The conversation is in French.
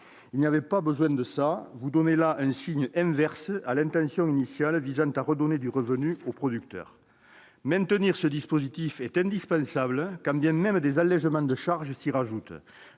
n'avaient pas besoin de cela ! Vous envoyez là un signe contredisant l'intention initiale de redonner du revenu aux producteurs. Maintenir ce dispositif est indispensable, quand bien même des allégements de charges s'y ajoutent.